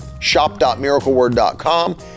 shop.miracleword.com